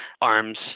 arms